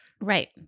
Right